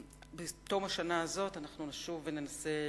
בתום השנה הזאת של הרחבת הניסוי נשוב ונעסוק